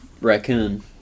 Raccoon